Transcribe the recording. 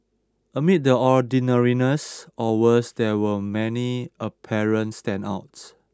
amid the ordinariness or worse there were many apparent standouts